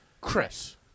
Chris